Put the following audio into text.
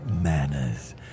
manners